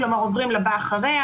כלומר עוברים לבא אחרי.